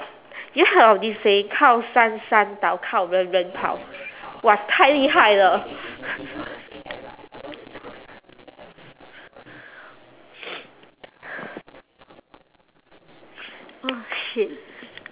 you heard of this saying 靠山山倒靠人人跑 !wah! 太厉害了 oh shit